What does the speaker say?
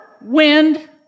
wind